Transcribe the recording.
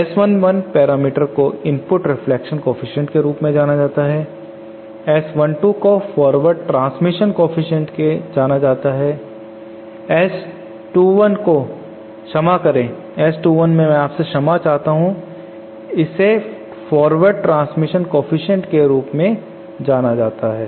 इस S11 parameter को input reflection coefficient के रूप में जाना जाता है इस S12 को फॉरवर्ड ट्रांसमिशन केफीसिएंट जाना जाता है S21 क्षमा करें S21 मैं आपसे क्षमा चाहता हूं कि इससे फॉरवर्ड ट्रांसमिशन केफीसिएंट के रूप में जाना जाता है